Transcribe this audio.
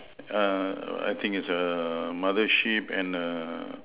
err I think it's err mother sheep and err